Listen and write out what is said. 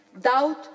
doubt